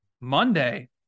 Monday